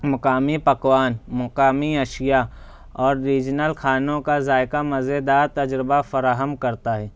مقامی پکوان مقامی اشیا اور ریجنل کھانوں کا ذائقہ مزیدار تجربہ فراہم کرتا ہے